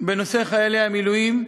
בנושא חיילי המילואים.